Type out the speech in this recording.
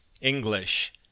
English